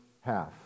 half